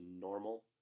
normal